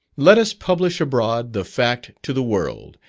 let us publish abroad the fact to the world,